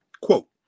quote